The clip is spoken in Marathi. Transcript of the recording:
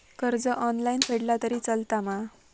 कर्ज ऑनलाइन फेडला तरी चलता मा?